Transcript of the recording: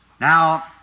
Now